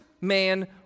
man